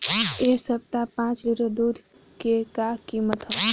एह सप्ताह पाँच लीटर दुध के का किमत ह?